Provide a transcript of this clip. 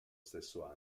stesso